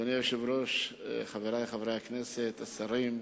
אדוני היושב-ראש, חברי חברי הכנסת, השרים,